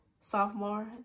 Sophomore